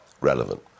relevant